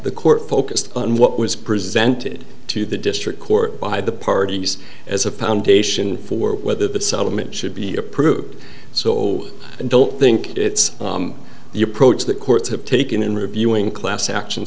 the court focused on what was presented to the district court by the parties as a foundation for whether the settlement should be approved so don't think it's the approach that courts have taken in reviewing a class action